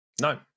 No